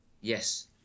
Yes